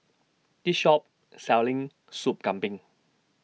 This Shop Selling Sop Kambing